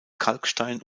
kalkstein